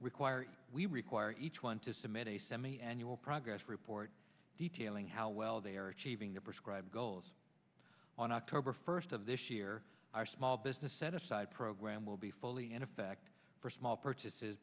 require we require each one to submit a semi annual progress report detailing how well they are achieving their prescribe goals on october first of this year our small business set aside program will be fully in effect for small purchases